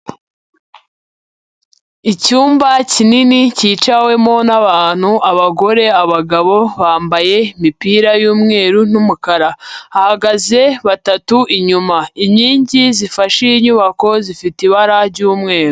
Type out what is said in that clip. Icyumba kinini cyicawemo n'abantu, abagore, abagabo, bambaye imipira y'umweru n'umukara. Hahagaze batatu inyuma. Inkingi zifashe iyi nyubako zifite ibara ry'umweru.